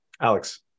alex